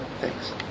Thanks